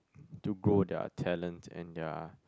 to grow their talent and their